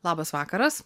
labas vakaras